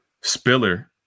Spiller